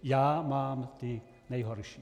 Já mám ty nejhorší.